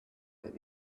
about